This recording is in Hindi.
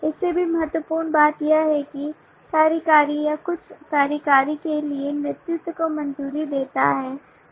इससे भी महत्वपूर्ण बात यह है कि कार्यकारी या कुछ कार्यकारी के लिए नेतृत्व को मंजूरी देता है